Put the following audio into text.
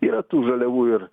yra tų žaliavų ir